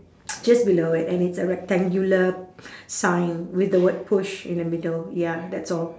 just below it and it's a rectangular sign with the word push in the middle ya that's all